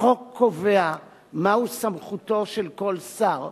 החוק קובע מהי סמכותו של כל שר,